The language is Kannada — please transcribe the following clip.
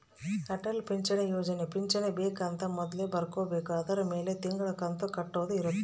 ಅಟಲ್ ಪಿಂಚಣಿ ಯೋಜನೆ ಪಿಂಚಣಿ ಬೆಕ್ ಅಂತ ಮೊದ್ಲೇ ಬರ್ಕೊಬೇಕು ಅದುರ್ ಮೆಲೆ ತಿಂಗಳ ಕಂತು ಕಟ್ಟೊದ ಇರುತ್ತ